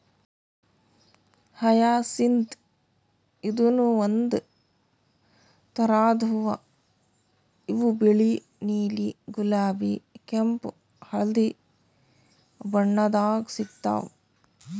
hyacinth ಇದೂನು ಒಂದ್ ಥರದ್ ಹೂವಾ ಇವು ಬಿಳಿ ನೀಲಿ ಗುಲಾಬಿ ಕೆಂಪ್ ಹಳ್ದಿ ಬಣ್ಣದಾಗ್ ಸಿಗ್ತಾವ್